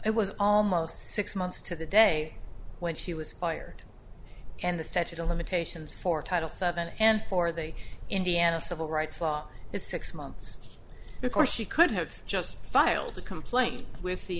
it was almost six months to the day when she was fired and the statute of limitations for title seven and for the indiana civil rights law is six months before she could have just filed a complaint with the